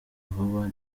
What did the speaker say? vuba